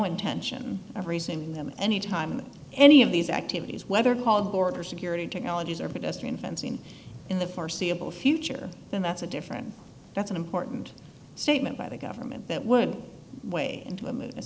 intention of raising them any time any of these activities whether called border security technologies or protesting fencing in the foreseeable future then that's a different that's an important statement by the government that would weigh in